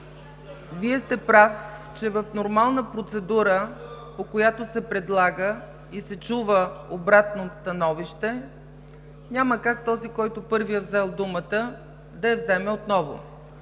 Вие сте прав, че в нормална процедура, по която се предлага и се чува обратно становище, няма как този, който първи е взел думата, да я вземе отново.